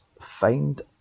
find